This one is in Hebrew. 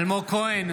אלמוג כהן,